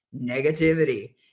negativity